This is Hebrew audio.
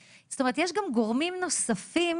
זאת אומרת יש גם גורמים נוספים